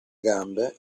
gambe